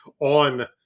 on